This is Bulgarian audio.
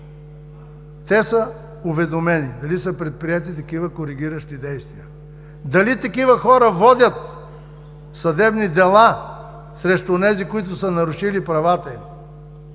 те са уведомени, дали са предприети такива коригиращи действия? Дали такива хора водят съдебни дела срещу онези, които са нарушили правата им?